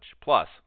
Plus